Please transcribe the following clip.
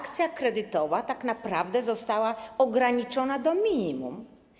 Akcja kredytowa tak naprawdę została ograniczona do minimum.